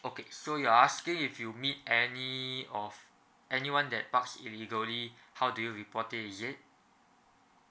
okay so you're asking if you meet any of anyone that park illegally how do you report it is it